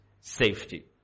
safety